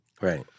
right